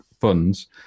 funds